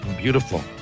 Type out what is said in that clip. Beautiful